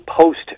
post